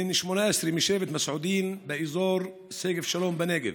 בן 18, משבט מסעודין באזור שגב שלום בנגב,